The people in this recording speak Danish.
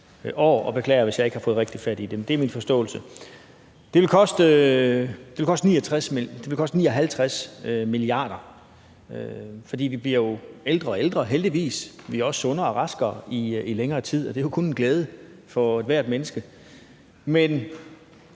Jeg beklager, hvis ikke jeg har fået rigtigt fat i det, men det er min forståelse. Det vil koste 59 mia. kr., fordi vi jo heldigvis bliver ældre og ældre, og vi er også sundere og raskere i længere tid, og det er jo kun en glæde for ethvert menneske. Men